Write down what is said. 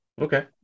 Okay